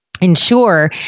ensure